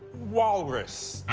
walrus.